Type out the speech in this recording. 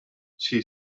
she